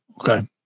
okay